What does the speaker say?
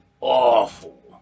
awful